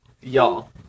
Y'all